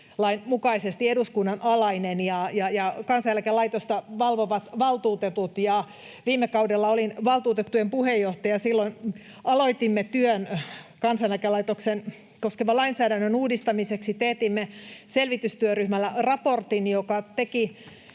eduskunnan alainen, ja Kansaneläkelaitosta valvovat valtuutetut. Viime kaudella olin valtuutettujen puheenjohtaja, ja silloin aloitimme työn Kansaneläkelaitosta koskevan lainsäädännön uudistamiseksi. Teetimme selvitystyöryhmällä raportin, joka teki